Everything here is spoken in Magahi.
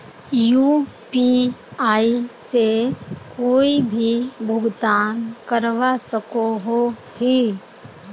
यु.पी.आई से कोई भी भुगतान करवा सकोहो ही?